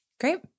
Great